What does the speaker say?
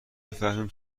بفهمیم